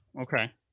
Okay